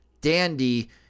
dandy